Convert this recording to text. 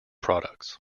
products